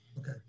Okay